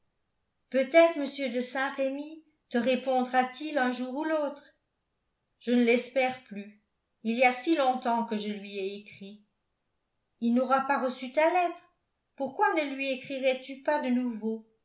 peut-être m de saint-remy te répondra-t-il un jour ou l'autre je ne l'espère plus il y a si longtemps que je lui ai écrit il n'aura pas reçu ta lettre pourquoi ne lui écrirais tu pas de nouveau